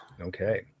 Okay